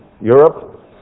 Europe